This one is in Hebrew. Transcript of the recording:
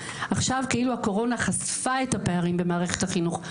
עכשיו הקורונה חשפה את הפערים במערכת החינוך,